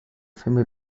filme